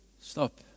stop